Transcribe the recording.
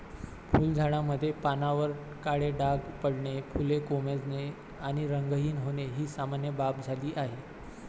फुलझाडांमध्ये पानांवर काळे डाग पडणे, फुले कोमेजणे आणि रंगहीन होणे ही सामान्य बाब झाली आहे